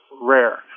rare